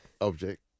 object